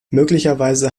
möglicherweise